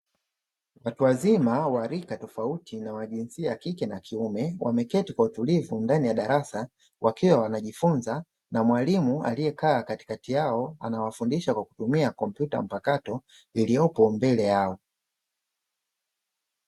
Watu wazima wa rika tofauti na jinsia ya kike na kiume, wameketi kwa utulivu ndani ya darasa wakiwa wanajifunza na mwalimu aliyekaa katikati yao anawafundisha kwa kutumia kompyuta mpakato iliyopo mbele yao.